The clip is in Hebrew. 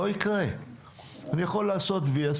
אני יכול לעשות וי,